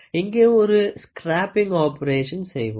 இங்கே ஒரு scraping operation செய்வோம்